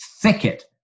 thicket